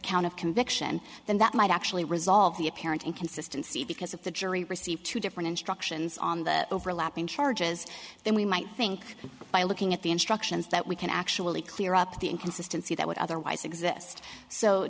count of conviction then that might actually resolve the apparent inconsistency because if the jury received two different instructions on the overlapping charges then we might think by looking at the instructions that we can actually clear up the inconsistency that would otherwise exist so